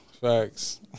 Facts